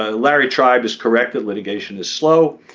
ah larry tribe is correct that litigation is slow.